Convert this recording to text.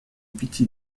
пяти